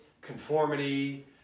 conformity